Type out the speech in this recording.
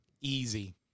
Easy